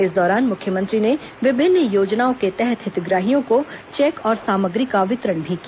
इस दौरान मुख्यमंत्री ने विभिन्न योजनाओं के तहत हितग्राहियों को चेक और सामग्री का वितरण भी किया